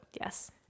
Yes